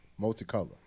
Multicolor